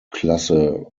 klasse